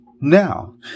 now